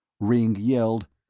ringg yelled,